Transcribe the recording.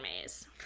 maze